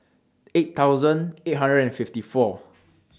eight thousand eight hundred and fifty four